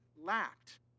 lacked